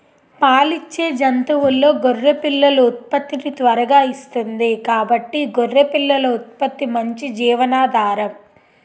పాలిచ్చే జంతువుల్లో గొర్రె పిల్లలు ఉత్పత్తిని త్వరగా ఇస్తుంది కాబట్టి గొర్రె పిల్లల ఉత్పత్తి మంచి జీవనాధారం